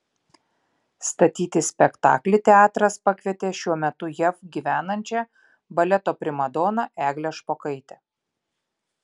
statyti spektaklį teatras pakvietė šiuo metu jav gyvenančią baleto primadoną eglę špokaitę